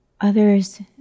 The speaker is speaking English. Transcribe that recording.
others